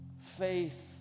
Faith